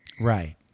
Right